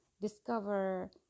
discover